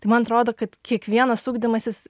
tai man atrodo kad kiekvienas ugdymasis